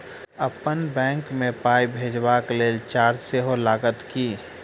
अप्पन बैंक मे पाई भेजबाक लेल चार्ज सेहो लागत की?